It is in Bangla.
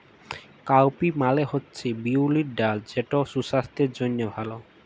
কাউপি মালে হছে বিউলির ডাল যেট সুসাস্থের জ্যনহে ভাল